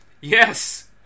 Yes